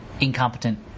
incompetent